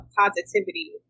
positivity